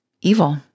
evil